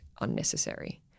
unnecessary